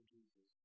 Jesus